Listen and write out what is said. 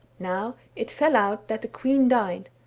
now it fell out that the queen died,